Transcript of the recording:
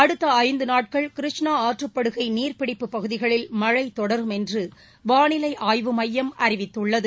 அடுக்த ஐந்து நாட்கள் கிருஷ்ணா ஆற்றப்படுகை நீர்ப்பிடிப்பு பகுதிகளில் மழை தொடரும் என்று வானிலை ஆய்வு மையம் அறிவித்துள்ளது